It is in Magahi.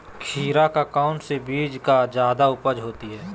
खीरा का कौन सी बीज का जयादा उपज होती है?